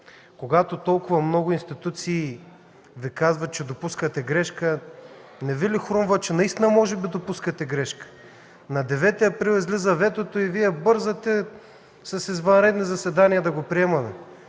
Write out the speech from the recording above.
Когато толкова много институции Ви казват, че допускате грешка, не Ви ли хрумва, че наистина може да допускате грешка?! На 9 април 2014 г. излиза ветото и Вие бързате с извънредни заседания да го отхвърлим.